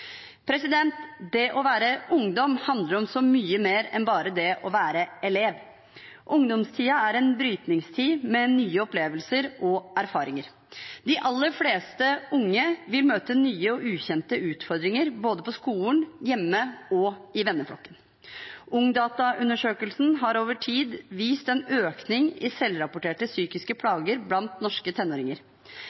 Det å være ungdom handler om så mye mer enn bare det å være elev. Ungdomstiden er en brytningstid med nye opplevelser og erfaringer. De aller fleste unge vil møte nye og ukjente utfordringer både på skolen, hjemme og i venneflokken. Ungdata-undersøkelsen har over tid vist en økning i selvrapporterte psykiske plager blant norske tenåringer.